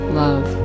love